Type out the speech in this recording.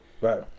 Right